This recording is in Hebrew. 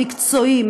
מקצועי,